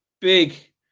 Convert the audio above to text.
big